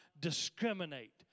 discriminate